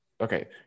Okay